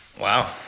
Wow